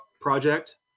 project